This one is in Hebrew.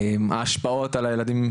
ההשפעות על הילדים,